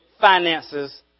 finances